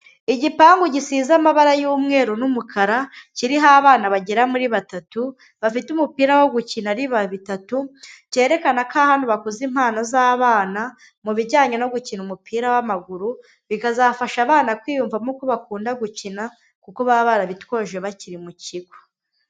Igipangu gisize amabara y'umweru n'umukara, kiriho abana bagera muri batatu, bafite umupira wo gukina ariba batatu, cyerekana ko ahantu bakuza impano z'abana, mu bijyanye no gukina umupira w'amaguru, bikazafasha abana kwiyumvamo ko bakunda gukina, kuko baba barabitwoje bakiri mu kigo.